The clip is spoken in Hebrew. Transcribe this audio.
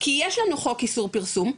כי יש לנו חוק איסור פרסום,